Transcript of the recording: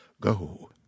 Go